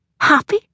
Happy